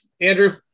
Andrew